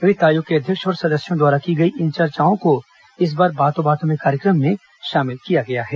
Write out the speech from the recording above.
वित्त आयोग के अध्यक्ष और सदस्यों द्वारा की गई इन चर्चाओं को इस बार बातों बातों में कार्यक्रम में शामिल किया गया है